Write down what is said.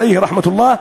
עליה רחמת אללה,